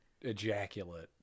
ejaculate